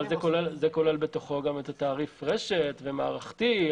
אבל זה כולל בתוכו את תעריף הרשת ואת התעריף המערכתי.